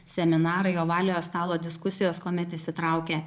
seminarai ovaliojo stalo diskusijos kuomet įsitraukia